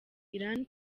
iran